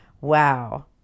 Wow